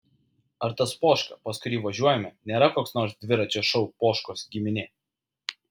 ar tas poška pas kurį važiuojame nėra koks nors dviračio šou poškos giminė